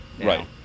right